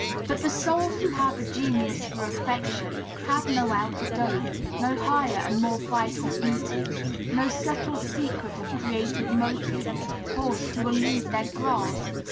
but the souls who have a genius for affection have no outer dome, no higher and more vital beauty no subtle secret of creative motive force to elude their grasp,